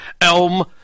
Elm